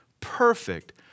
perfect